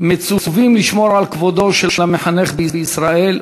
מצווים לשמור על כבודו של המחנך בישראל,